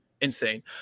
insane